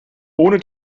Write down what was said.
ohne